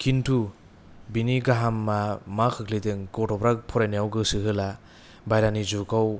किन्तु बेनि गोहोमा मा गोग्लैदों गथ'फ्रा फरायनायाव गोसो होला बाहेरानि जुगाव